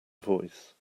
voice